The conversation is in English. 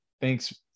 thanks